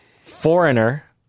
Foreigner